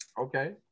Okay